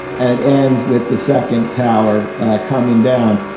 and it ends with the second tower coming down.